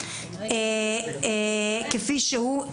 כפי שהוא,